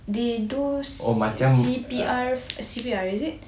they do C_P_R C_P_R is it